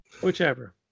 whichever